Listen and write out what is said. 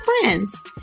friends